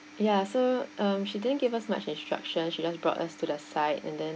ya so um she didn't give us much instructions she just brought us to the sights and then